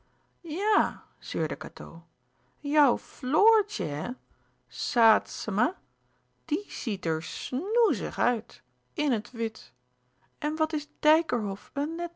ja zeurde cateau jouw floortje hè saet zema die ziet er snoézig uit in het wit en wat is dijkerhof